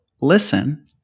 listen